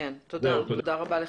תודה רבה לך.